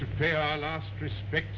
to pay our last respect